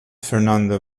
fernando